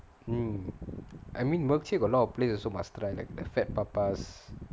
mm I mean milkshake a lot of places also must try like the fat papas